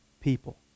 people